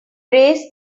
raised